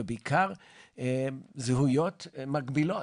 ובעיקר זהויות מקבילות,